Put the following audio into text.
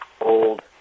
old